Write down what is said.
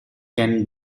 can